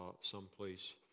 someplace